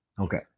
Okay